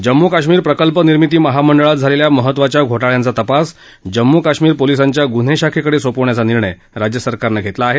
जम्मू काश्मिर प्रकल्प निर्मिती महामंडळात झालेल्या महत्वाच्या घोटाळ्यांचा तपास जम्मू कश्मीर पोलिसांच्या गुन्हे शाखेकडे सोपवण्याचा निर्णय राज्य सरकारनं घेतला आहे